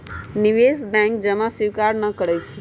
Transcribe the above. निवेश बैंक जमा स्वीकार न करइ छै